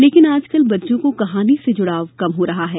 लेकिन आजकल बच्चों को कहानी से जुड़ाव कम हो रहा है